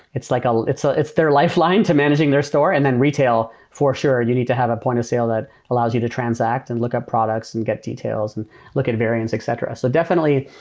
it's like ah it's ah their lifeline to managing their store. and then retail, for sure, you need to have a point-of-sale that allows you to transact and look up products and get details and look at variance, etc. so definitely,